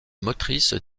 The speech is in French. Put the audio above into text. motrices